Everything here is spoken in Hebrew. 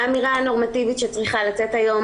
האמירה הנורמטיבית שצריכה לצאת היום